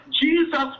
Jesus